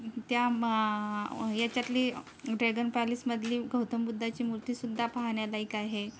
त्या मा याच्यातली ड्रेगन पॅलेसमधली गौतम बुद्धाची मूर्तीसुद्धा पाहण्यालायक आहे